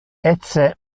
ecce